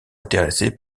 intéressé